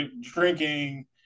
drinking